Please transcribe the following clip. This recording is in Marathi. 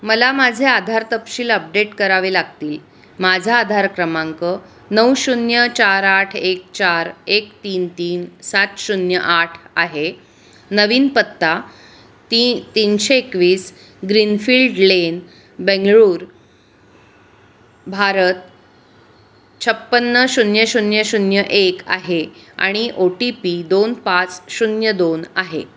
मला माझे आधार तपशील अपडेट करावे लागतील माझा आधार क्रमांक नऊ शून्य चार आठ एक चार एक तीन तीन सात शून्य आठ आहे नवीन पत्ता ती तीनशे एकवीस ग्रीनफील्ड लेन बंगळुरू भारत छप्पन्न शून्य शून्य शून्य एक आहे आणि ओ टी पी दोन पाच शून्य दोन आहे